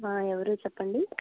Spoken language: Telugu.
ఎవరు చెప్పండి